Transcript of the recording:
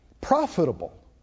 profitable